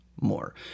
more